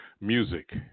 music